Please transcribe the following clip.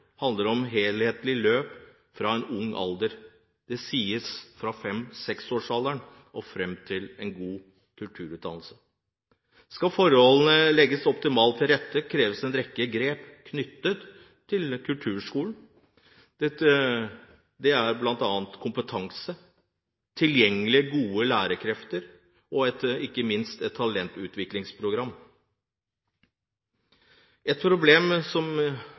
handler om et helhetlig løp fra ung alder – det sies fra 5–6-årsalderen – og fram til endt kulturutdannelse. Skal forholdene legges optimalt til rette, kreves en rekke grep knyttet til kulturskolene, bl.a. kompetanse, tilgjengelige, gode lærerkrefter og ikke minst et talentutviklingsprogram. Et problem som